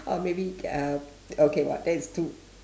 or maybe uh okay !wah! that is too